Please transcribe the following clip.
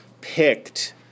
picked